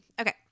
Okay